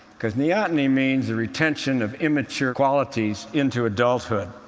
because neoteny means the retention of immature qualities into adulthood.